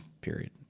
period